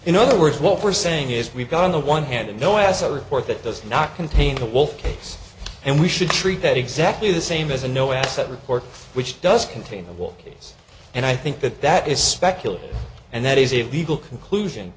in other words what we're saying is we've got on the one hand and no as a report that does not contain a wealth case and we should treat that exactly the same as a no asset report which does contain a walk and i think that that is speculative and that is a legal conclusion